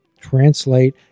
translate